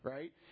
Right